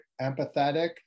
empathetic